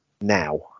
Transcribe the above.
now